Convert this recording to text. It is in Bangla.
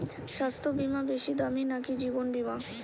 স্বাস্থ্য বীমা বেশী দামী নাকি জীবন বীমা?